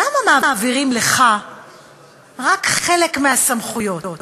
למה מעבירים לך רק חלק מהסמכויות?